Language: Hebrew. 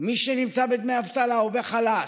את מי שנמצא באבטלה או בחל"ת,